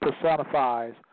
personifies